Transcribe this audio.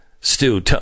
Stu